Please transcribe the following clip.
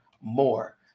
more